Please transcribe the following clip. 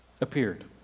appeared